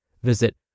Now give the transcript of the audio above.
Visit